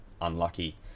unlucky